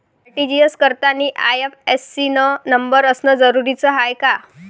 RTGS करतांनी IFSC न number असनं जरुरीच हाय का?